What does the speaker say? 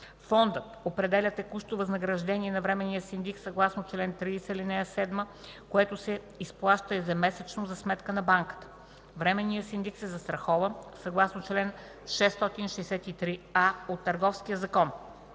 Фондът определя текущо възнаграждение на временния синдик съгласно чл. 30, ал. 7, което се изплаща ежемесечно за сметка на банката. Временният синдик се застрахова съгласно чл. 663а от Търговския закон.